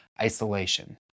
isolation